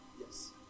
Yes